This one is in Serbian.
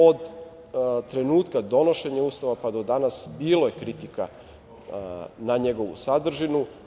Od trenutka donošenja Ustava, pa do danas, bilo je kritika na njegovu sadržinu.